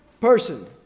person